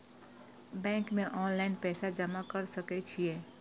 Bank में online पैसा जमा कर सके छीये?